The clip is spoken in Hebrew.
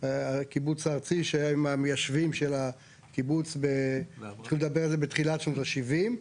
והקיבוץ הארצי שהם המיישבים של הקיבוץ בתחילת שנות ה- 70,